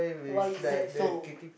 why is that so